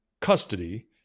custody